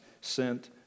sent